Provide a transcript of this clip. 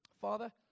Father